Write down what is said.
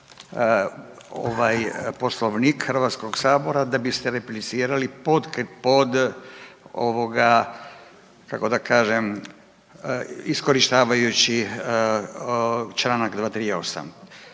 ovaj Poslovnik Hrvatskog sabora da biste replicirali pod ovoga kako da kažem iskorištavajući Članak 238.